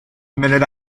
minute